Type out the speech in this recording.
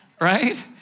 Right